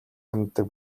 ханддаг